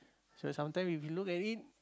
so sometime if we look at it